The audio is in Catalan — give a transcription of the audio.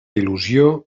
il·lusió